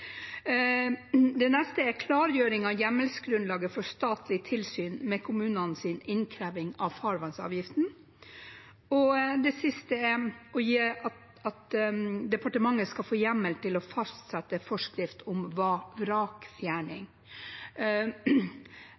Det neste er klargjøring av hjemmelsgrunnlaget for statlig tilsyn med kommunenes innkreving av farvannsavgiften. Det siste er at departementet skal få hjemmel til å fastsette forskrift om